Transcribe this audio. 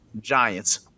Giants